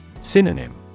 Synonym